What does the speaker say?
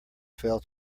fell